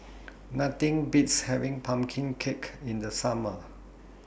Nothing Beats having Pumpkin Cake in The Summer